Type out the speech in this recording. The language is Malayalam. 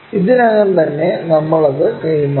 ഇതിനകം തന്നെ നമ്മൾ അത് കൈമാറി